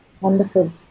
Wonderful